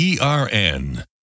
ERN